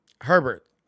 Herbert